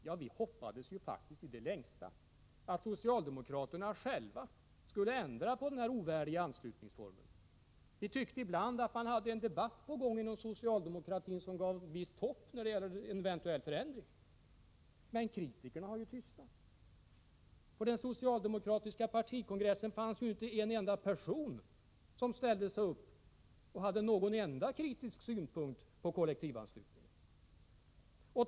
Ja, vi hoppades faktiskt i det längsta att socialdemokraterna själva skulle ändra på denna ovärdiga anslutningsform. Vi tyckte ibland att det fördes en debatt inom socialdemokratin som ingav visst hopp om någon förändring. Men kritikerna har ju tystnat. På den socialdemokratiska partikongressen fanns ju inte en enda person som ställde sig upp och framförde någon enda kritisk synpunkt på kollektivanslutningen.